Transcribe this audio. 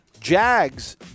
Jags